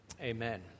amen